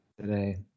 today